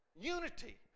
Unity